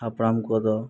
ᱦᱟᱯᱲᱟᱢ ᱠᱚᱫᱚ